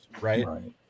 right